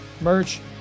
merch